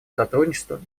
сотрудничества